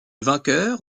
vainqueur